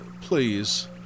please